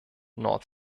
nord